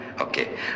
Okay